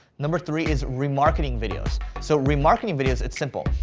number three is remarketing videos. so remarketing videos, it's simple.